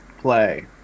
play